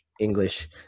English